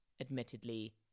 admittedly